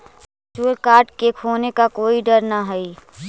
virtual card के खोने का कोई डर न हई